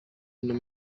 bituma